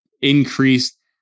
increased